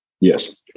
Yes